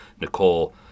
Nicole